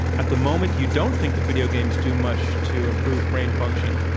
at the moment, you don't think that video games do much to improve brain function.